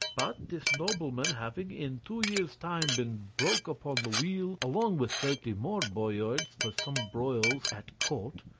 but this nobleman having in two years' time been broke upon the wheel along with thirty more boyards for some broils at court,